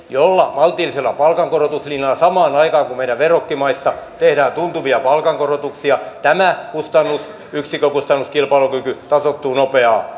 jolla maltillisella palkankorotuslinjalla samaan aikaan meidän verrokkimaissa tehdään tuntuvia palkankorotuksia tämä yksikkökustannuskilpailukyky tasoittuu nopeaa